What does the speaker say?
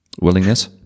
willingness